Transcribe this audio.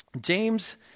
James